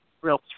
real